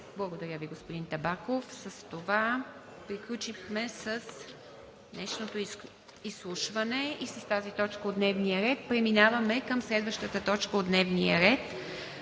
Благодаря Ви, господин Табаков. С това приключихме с днешното изслушване и с тази точка от дневния ред. Преминаваме към следващата точка от дневния ред: